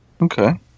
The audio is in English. Okay